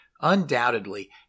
Undoubtedly